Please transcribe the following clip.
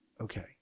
okay